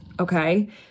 Okay